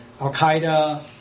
Al-Qaeda